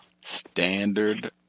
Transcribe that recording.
Standard